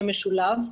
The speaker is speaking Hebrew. במשולב,